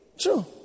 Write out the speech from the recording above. true